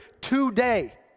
today